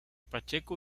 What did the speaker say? pacheco